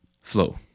flow